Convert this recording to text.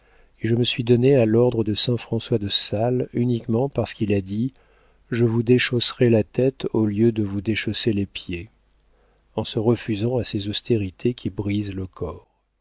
et je me suis donnée à l'ordre de saint françois de sales uniquement parce qu'il a dit je vous déchausserai la tête au lieu de vous déchausser les pieds en se refusant à ces austérités qui brisent le corps